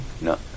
No